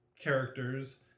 characters